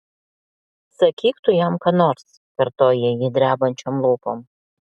sakyk tu jam ką nors kartoja ji drebančiom lūpom